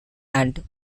and